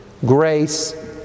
grace